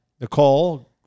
Nicole